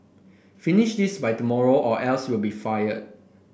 finish this by tomorrow or else you'll be fired